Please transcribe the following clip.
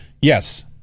Yes